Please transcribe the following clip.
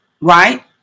right